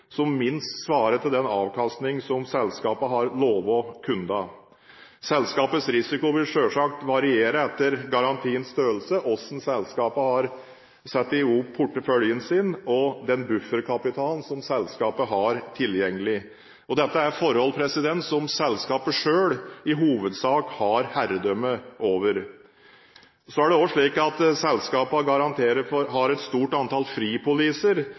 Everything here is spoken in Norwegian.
som minst svarer til den avkastningen som selskapet har lovt kundene. Selskapets risiko vil selvsagt variere etter garantiens størrelse, hvordan selskapet har satt i hop porteføljen sin og den bufferkapitalen som selskapet har tilgjengelig. Dette er i hovedsak forhold som selskapet selv har herredømme over. Selskapene har et stort antall fripoliser,